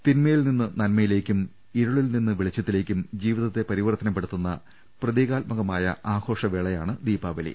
തിന്മയിൽ നിന്ന് നന്മയിലേക്കും ഇരുളിൽ നിന്ന് വെളി ച്ചത്തിലേക്കും ജീവിതത്തെ പരിവർത്തനപ്പെടുത്തുന്ന പ്രതീകാത്മകമായ ആഘോഷവേളയാണ് ദീപാവലി